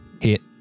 Hit